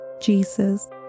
Jesus